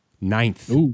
Ninth